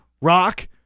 Rock